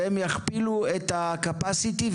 והם יכפילו את הקפסיטי.